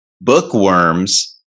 bookworms